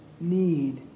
need